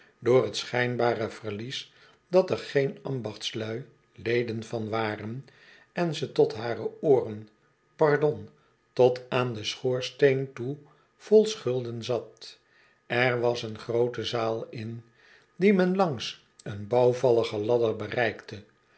door t schijnbare verlies dat er geen ambachtslui leden van waren en ze tot hare ooren pardon tot aan den schoorsteen toe vol schulden zat er was een groote zaal in die men langs een bouwvallige ladder bereikte